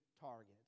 targets